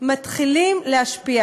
מתחילים להשפיע,